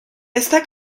está